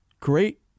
Great